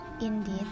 Indeed